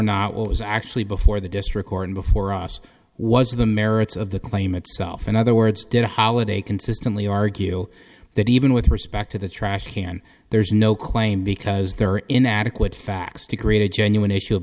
it was actually before the district court and before us was the merits of the claim itself in other words did holiday consistently argue that even with respect to the trash can there's no claim because there are inadequate facts to create a genuine issue of